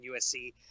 USC